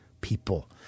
people